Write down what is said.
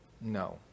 No